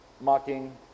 mocking